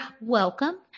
Welcome